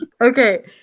Okay